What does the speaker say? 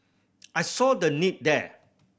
I saw the need there